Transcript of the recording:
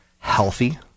healthy